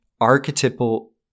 archetypal